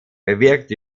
bewirkt